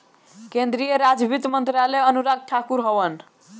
केंद्रीय राज वित्त मंत्री अनुराग ठाकुर हवन